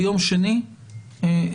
ביום שני בבוקר,